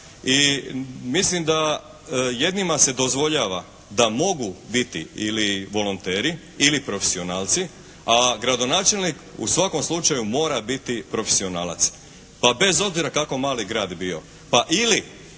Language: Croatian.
i mislim da jednima se dozvoljava da mogu biti ili volonteri ili profesionalci, a gradonačelnik u svakom slučaju mora biti profesionalac pa bez obzira kako mali grad bio. Pa ili